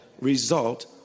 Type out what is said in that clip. result